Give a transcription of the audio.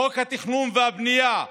חוק התכנון והבנייה,